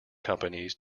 companies